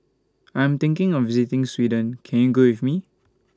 I'm thinking of visiting Sweden Can YOU Go with Me